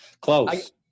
Close